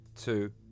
two